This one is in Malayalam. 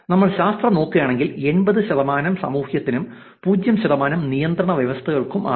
നമ്മൾ ശാസ്ത്രം നോക്കുകയാണെങ്കിൽ 80 ശതമാനം സാമൂഹ്യത്തിനും 0 ശതമാനം നിയന്ത്രണ വ്യവസ്ഥയ്ക്കുമാണ്